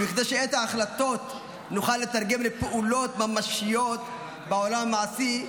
כדי שאת ההחלטות נוכל לתרגם לפעולות ממשיות בעולם המעשי,